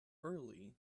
early